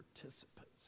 participants